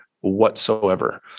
whatsoever